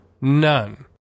None